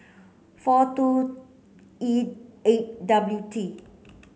four two E eight W T